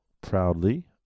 proudly